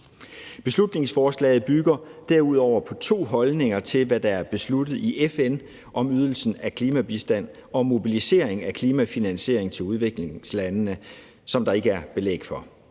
Beslutningsforslaget bygger derudover på to holdninger til, hvad der er besluttet i FN om ydelsen af klimabistand og mobilisering af klimafinansiering til udviklingslandene, som der ikke er belæg for.